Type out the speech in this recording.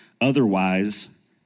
Otherwise